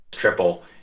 triple